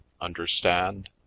understand